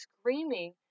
screaming